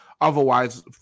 otherwise